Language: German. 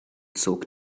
zog